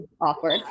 awkward